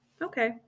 Okay